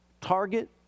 target